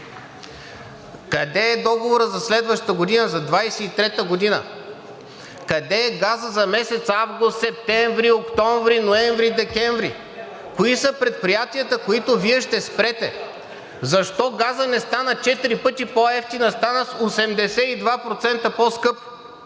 Къде е договорът за следващата година – за 2023 г.? Къде е газът за месец август, септември, октомври, ноември, декември? Кои са предприятията, които Вие ще спрете?! Защо газът не стана четири пъти по-евтин, а стана с 82% по-скъп?!